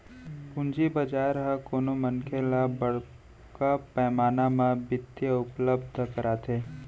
पूंजी बजार ह कोनो मनखे ल बड़का पैमाना म बित्त उपलब्ध कराथे